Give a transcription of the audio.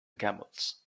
camels